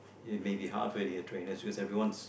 it may be hard for you to get trainers because everyone's